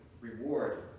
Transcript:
reward